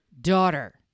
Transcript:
daughter